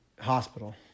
hospital